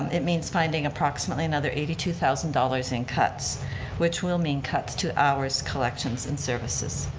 it means finding approximately another eighty two thousand dollars in cuts which will mean cuts to hours, collections, and services.